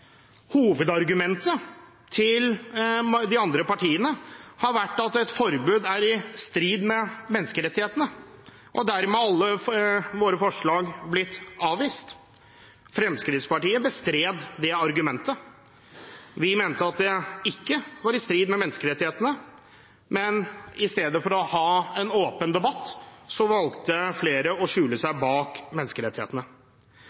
Hovedargumentet til de andre partiene har vært at et forbud er i strid med menneskerettighetene, og dermed har alle våre forslag blitt avvist. Fremskrittspartiet bestred det argumentet. Vi mente at det ikke var i strid med menneskerettighetene, men istedenfor å ha en åpen debatt valgte flere å skjule seg bak menneskerettighetene.